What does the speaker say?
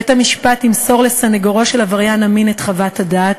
בית-המשפט ימסור לסנגורו של עבריין המין את חוות הדעת,